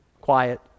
quiet